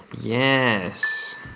Yes